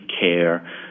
care